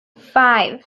five